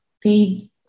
paid